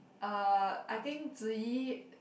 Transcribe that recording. uh I think Zi-Yi